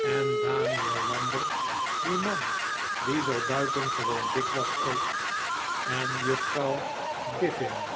en daniel lambert die man die zoo buitengewoon dik was ook en jufww vreemde liefdesgeschenken frouw biffin